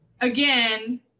again